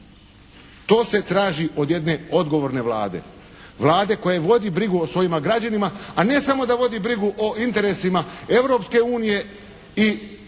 To se traži od jedne odgovorne Vlade, Vlade koja vodi brigu o svojim građanima a ne samo da vodi brigu o interesima Europske